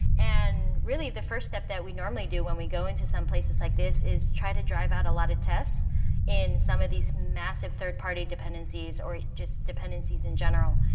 and really the first step that we normally do when we go into some places like this is try to drive out a lot of tests in some of these massive third-party dependencies or just dependencies in general.